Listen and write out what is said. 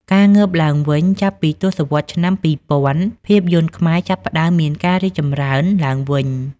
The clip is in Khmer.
ការងើបឡើងវិញ ចាប់ពីទសវត្សរ៍ឆ្នាំ២០០០ ភាពយន្តខ្មែរចាប់ផ្ដើមមានការរីកចម្រើនឡើងវិញ។